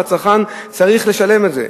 והצרכן צריך לשלם את זה.